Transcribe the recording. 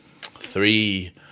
Three